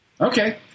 Okay